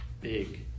big